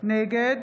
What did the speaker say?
נגד